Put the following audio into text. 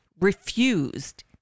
refused